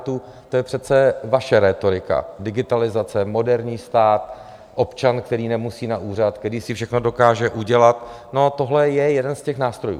To je přece vaše rétorika digitalizace, moderní stát, občan, který nemusí na úřad, který si všechno dokáže udělat, a tohle je jeden z těch nástrojů.